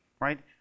right